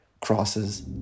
crosses